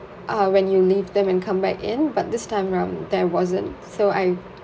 uh when you leave them and come back in but this time around there wasn't so I